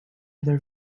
other